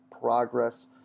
progress